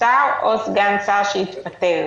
"שר או סגן שר שהתפטר